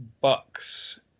Bucks